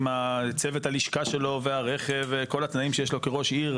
עם צוות הלשכה שלו והרכב וכל התנאים שיש לו כראש עיר,